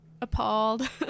appalled